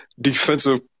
defensive